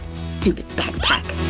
stupid backpack.